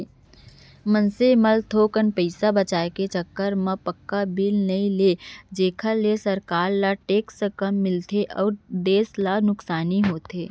मनसे मन थोकन पइसा बचाय के चक्कर म पक्का बिल नइ लेवय जेखर ले सरकार ल टेक्स कम मिलथे अउ देस ल नुकसानी होथे